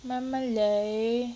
慢慢来